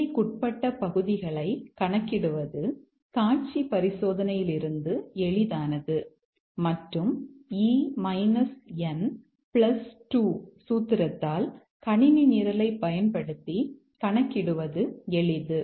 எல்லைக்குட்பட்ட பகுதிகளை கணக்கிடுவது காட்சி பரிசோதனையிலிருந்து எளிதானது மற்றும் E N2 சூத்திரத்தால் கணினி நிரலைப் பயன்படுத்தி கணக்கிடுவது எளிது